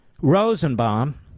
Rosenbaum